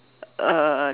uh